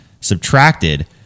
subtracted